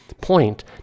point